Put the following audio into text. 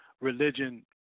religion